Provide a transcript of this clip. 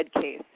case